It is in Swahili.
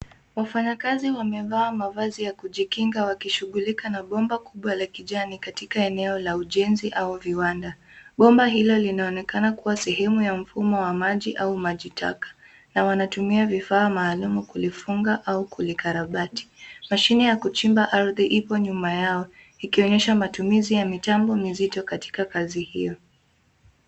Wafanyakazi wamevaa mavazi ya kujikinga wakishughulika na bomba kubwa la kijani katika eneo la ujenzi au viwanda. Bomba hilo linaonekana kuwa sehemu ya mfumo wa maji au maji taka, na wanatumia vifaa maalum kulifunga au kulikarabati. Mashine ya kuchimba ardhi ipo nyuma yao ikionyesha matumizi ya mitambo mizito katika kazi hiyo.